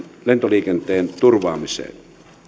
lentoliikenteen turvaamiseen